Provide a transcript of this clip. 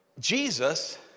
Jesus